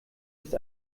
ist